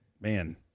Man